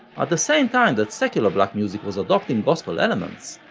at the same time that secular black music was adopting gospel elements,